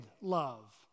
love